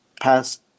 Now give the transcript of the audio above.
past